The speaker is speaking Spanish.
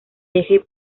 eje